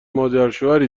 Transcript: مادرشوهری